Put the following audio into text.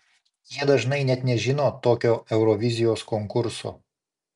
jie dažnai net nežino tokio eurovizijos konkurso